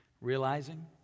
Realizing